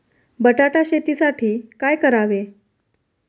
बटाटा शेतीसाठी काय करावे?